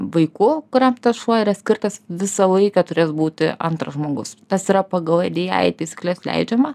vaiku kuriam tas šuo yra skirtas visą laiką turės būti antras žmogus tas yra pagal diai taisykles leidžiama